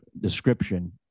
description